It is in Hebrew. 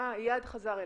חזר אלינו.